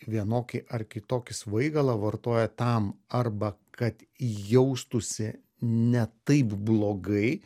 vienokį ar kitokį svaigalą vartoja tam arba kad jaustųsi ne taip blogai